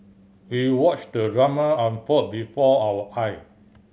we watched the drama unfold before our eye